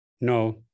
No